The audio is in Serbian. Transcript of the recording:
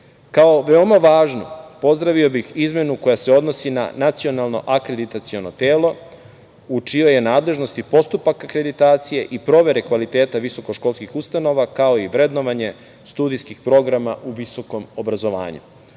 Kao veoma važno, pozdravio bih izmenu koja se odnosi na Nacionalno akreditaciono telo u čijoj je nadležnosti postupak akreditacije i provere kvaliteta visoko školskih ustanova, kao i vrednovanje studijskih programa u visokom obrazovanju.